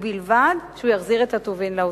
ובלבד שהוא יחזיר את הטובין לעוסק.